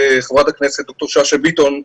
חברת הכנסת ד"ר שאשא ביטון,